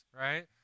right